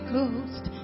Ghost